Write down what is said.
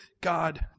God